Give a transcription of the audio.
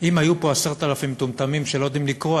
אם היו פה 10,000 מטומטמים שלא יודעים לקרוא,